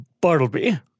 Bartleby